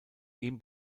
ihm